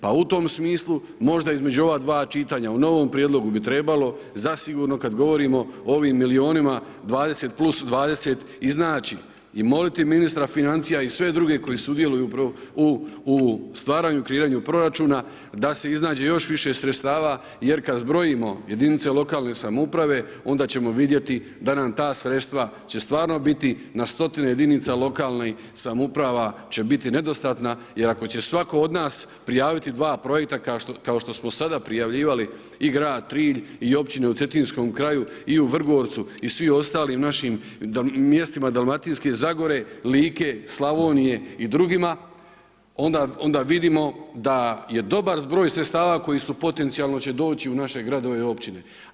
Pa u tom smislu, možda između ova dva čitanja u novom prijedlogu bi trebalo zasigurno kad govorimo o ovim milijunima +20 iznaći i moliti ministra financija i sve druge koji sudjeluju u stvaranju, kreiranju proračuna da se iznađe još više sredstava jer kad zbrojimo jedinice lokalne samouprave, onda ćemo vidjeti da nam ta sredstva će stvarno biti na stotine jedinica lokalne samouprava će biti nedostatna jer ako će svatko od nas prijaviti 2 projekta kao što smo sada prijavljivali i grad Trilj i općine u cetinskom kraju i u Vrgorcu i svim ostalim našim mjestima dalmatinske zagore, Like, Slavonije i drugima, onda vidimo da je dobar zbroj sredstava koji će potencijalno doći u naše gradove i općine.